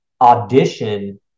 audition